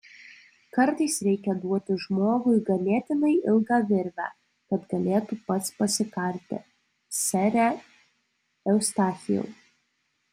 kartais reikia duoti žmogui ganėtinai ilgą virvę kad galėtų pats pasikarti sere eustachijau